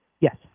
Yes